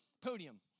podium